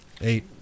Eight